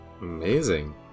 amazing